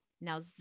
now